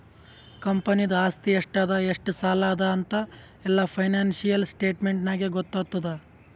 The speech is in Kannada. ಕಂಪನಿದು ಆಸ್ತಿ ಎಷ್ಟ ಅದಾ ಎಷ್ಟ ಸಾಲ ಅದಾ ಅಂತ್ ಎಲ್ಲಾ ಫೈನಾನ್ಸಿಯಲ್ ಸ್ಟೇಟ್ಮೆಂಟ್ ನಾಗೇ ಗೊತ್ತಾತುದ್